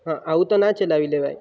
હા આવું તો ના ચલાવી લેવાય